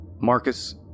Marcus